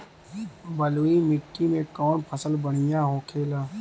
बलुई मिट्टी में कौन फसल बढ़ियां होखे ला?